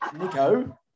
Nico